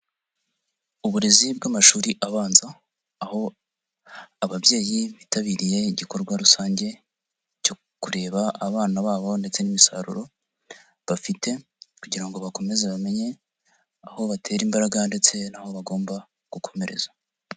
Uburezi bw'amashuri abanza, aho ababyeyi bitabiriye igikorwa rusange cyo kureba abana babo ndetse n'imisaruro bafite kugira ngo bakomeze bamenye aho batera imbaraga ndetse n'aho bagomba gukomereza.